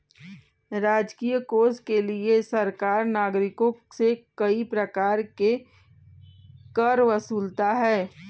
राजकीय कोष के लिए सरकार नागरिकों से कई प्रकार के कर वसूलती है